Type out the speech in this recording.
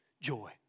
joy